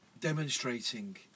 demonstrating